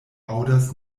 aŭdas